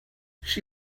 she